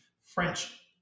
French